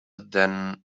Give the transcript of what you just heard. than